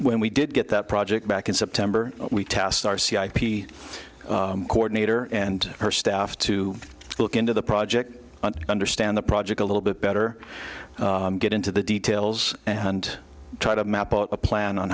when we did get that project back in september we test our c i p coordinator and her staff to look into the project and understand the project a little bit better get into the details and try to map out a plan on